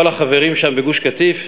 כל החברים שם בגוש-קטיף,